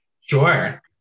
Sure